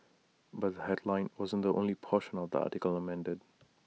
but the headline wasn't the only portion of the article amended